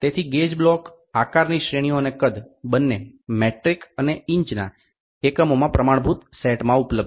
તેથી gauge block આકારની શ્રેણીઓ અને કદ બંને મેટ્રિક અને ઇંચના એકમોમાં પ્રમાણભૂત સેટમાં ઉપલબ્ધ છે